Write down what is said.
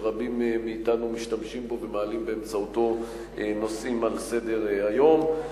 שרבים מאתנו משתמשים בו ומעלים באמצעותו נושאים שעל סדר-היום.